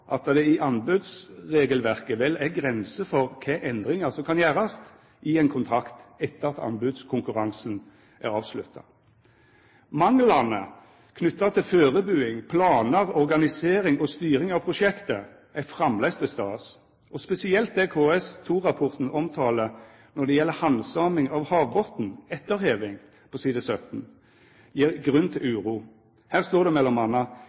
at det i anbodsregelverket vel er grenser for kva endringar som kan gjerast i ein kontrakt etter at anbodskonkurransen er avslutta. Manglane knytte til førebuing, planar, organisering og styring av prosjektet er framleis til stades, og spesielt det KS2-rapporten omtalar – på side 17 – når det gjeld handsaming av havbotnen etter heving, gjev grunn til uro. Her står det